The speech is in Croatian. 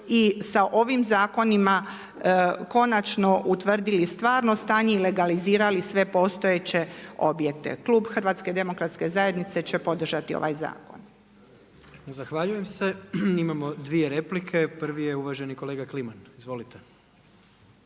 i sa ovim zakonima konačno utvrdili stvarno stanje i legalizirali sve postojeće objekte. Klub HDZ-a će podržati ovaj zakon. **Jandroković, Gordan (HDZ)** Zahvaljujem se. Imamo dvije replike, prvi je uvaženi kolega Kliman. Izvolite.